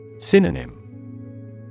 Synonym